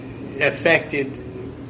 affected